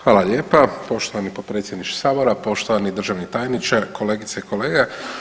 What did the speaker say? Hvala lijepa poštovani potpredsjedniče Sabora, poštovani državni tajniče, kolegice i kolege.